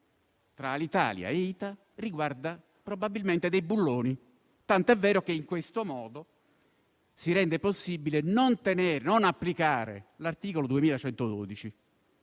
tra Alitalia e ITA riguarda probabilmente dei bulloni, tant'è vero che in questo modo si rende possibile non applicare l'articolo 2112